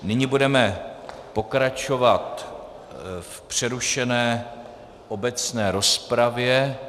Nyní budeme pokračovat v přerušené obecné rozpravě.